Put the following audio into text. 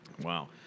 Wow